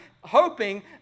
hoping